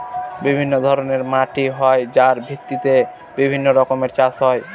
বিভিন্ন ধরনের মাটি হয় যার ভিত্তিতে বিভিন্ন রকমের চাষ হয়